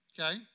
Okay